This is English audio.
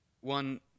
One